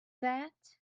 that